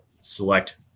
select